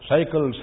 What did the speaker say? Cycle